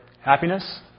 happiness